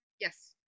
Yes